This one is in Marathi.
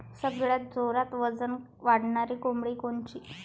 सगळ्यात जोरात वजन वाढणारी कोंबडी कोनची?